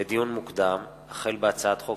לדיון מוקדם: החל בהצעת חוק